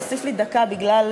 תוסיף לי דקה בגלל,